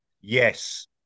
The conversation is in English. Yes